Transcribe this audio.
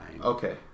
Okay